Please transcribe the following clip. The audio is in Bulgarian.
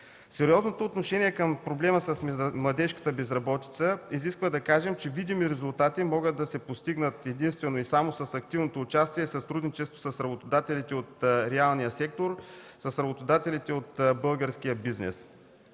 Сериозното отношение към проблема с младежката безработица изисква да кажем, че видими резултати могат да се постигнат единствено и само с активното участие и сътрудничество с работодателите от реалния сектор, с работодателите от българския бизнес.